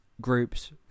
groups